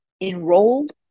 enrolled